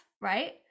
right